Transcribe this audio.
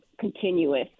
continuous